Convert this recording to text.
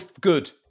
good